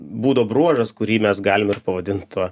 būdo bruožas kurį mes galim ir pavadint tuo